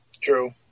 True